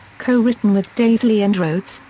co-written with daisley and rhoads,